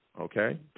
okay